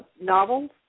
novels